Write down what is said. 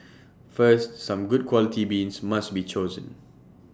first some good quality beans must be chosen